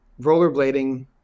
rollerblading